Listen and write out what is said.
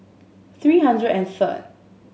three hundred and third